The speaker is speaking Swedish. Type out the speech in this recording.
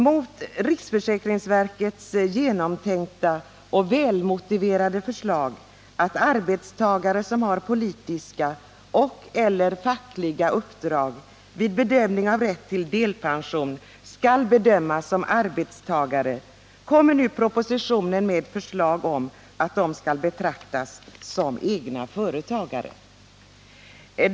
Mot riksförsäkringsverkets genomtänkta och välmotiverade förslag att arbetstagare som har politiska och/eller fackliga uppdrag vid bedömning av rätt till delpension skall bedömas som arbetstagare ställs nu propositionens förslag om att de skall betraktas som egenföretagare.